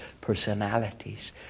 personalities